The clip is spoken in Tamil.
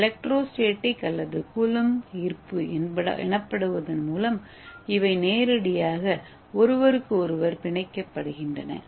எலக்ட்ரோஸ்டேடிக் அல்லது கூலொம்ப் ஈர்ப்பு எனப்படுவதன் மூலம் இவை நேரடியாக ஒருவருக்கொருவர் பிணைக்கப்படுகின்றன